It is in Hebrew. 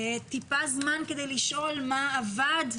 קצת זמן כדי לשאול מה עבד,